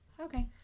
Okay